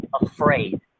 afraid